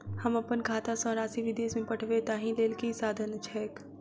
हम अप्पन खाता सँ राशि विदेश मे पठवै ताहि लेल की साधन छैक?